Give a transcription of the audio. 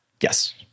yes